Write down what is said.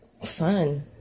fun